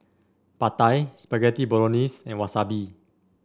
Pad Thai Spaghetti Bolognese and Wasabi